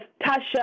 Tasha